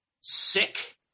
Sick